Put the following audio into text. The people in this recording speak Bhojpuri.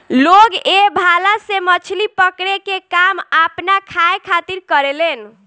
लोग ए भाला से मछली पकड़े के काम आपना खाए खातिर करेलेन